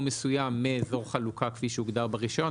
מסוים מאזור חלוקה כפי שהוגדר ברישיון.